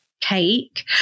cake